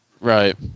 right